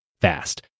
fast